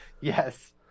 Yes